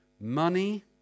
Money